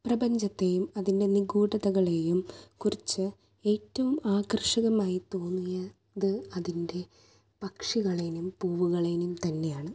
പ്രപഞ്ചത്തെയും അതിൻ്റെ നിഗുഢതകളെയും കുറിച്ച് ഏറ്റവും ആകർഷകമായി തോന്നിയ ത് അതിൻ്റെ പക്ഷികളെയും പൂവുകളേയും തന്നെയാണ്